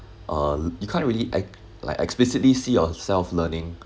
uh you can't really ex~ like explicitly see ourself learning